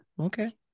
okay